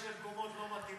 אתה גולש למקומות לא מתאימים.